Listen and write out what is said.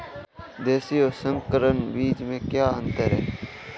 देशी और संकर बीज में क्या अंतर है?